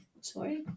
Sorry